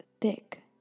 thick